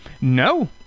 no